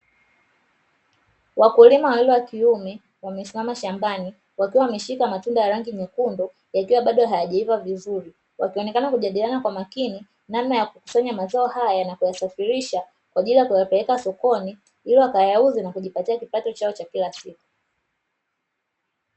Wakulima wawili wa kiume wakiwa wamesimama shambani wakiwa wameshika matunda ya rangi nyekundu yakiwa bado hayajaiva vizuri, wakionekana wakijadiliana kwa makini namna ya kukusanya mazao haya na kuyasafisha kupeleka sokoni ili wakayauze na kujipatia kipato chao cha kila siku.